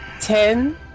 Ten